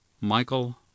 Michael